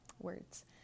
words